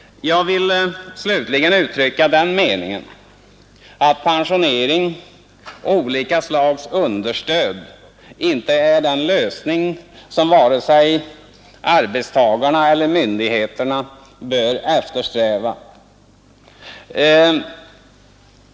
Jag vill slutligen uttrycka den meningen att pensionering och olika slags understöd inte är den lösning som vare sig arbetstagarna eller myndigheterna bör eftersträva.